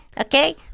okay